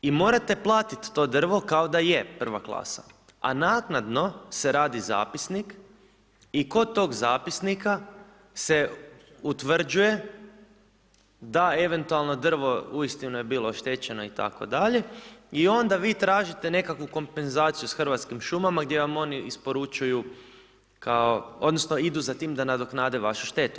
I morate platiti to drvo kao da je I. klasa a naknadno se radi zapisnik i kod tog zapisnika se utvrđuje da eventualno drvo u istinu je bilo oštećeno itd. i onda vi tražite nekakvu kompenzaciju sa Hrvatskim šumama gdje vam oni isporučuju odnosno idu za tim da nadoknade vašu štetu.